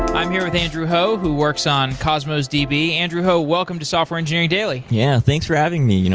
i'm here with andrew hoh who works on cosmos db. andrew hoh, welcome to software engineering daily. yeah, thanks for having me. you know